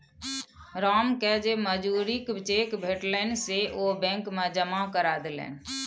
रामकेँ जे मजूरीक चेक भेटलनि से ओ बैंक मे जमा करा देलनि